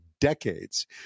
decades